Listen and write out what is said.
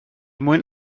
mwyn